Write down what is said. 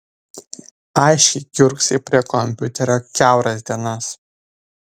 aiškiai kiurksai prie kompiuterio kiauras dienas